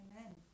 Amen